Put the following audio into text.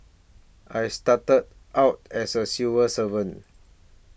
I started out as a civil servant